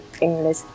English